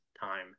time